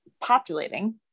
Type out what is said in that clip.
populating